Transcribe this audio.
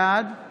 בעד משה